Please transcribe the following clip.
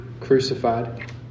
crucified